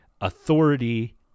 authority